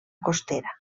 costera